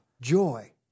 joy